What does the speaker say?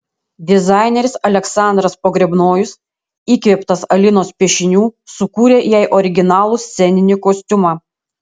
dizaineris aleksandras pogrebnojus įkvėptas alinos piešinių sukūrė jai originalų sceninį kostiumą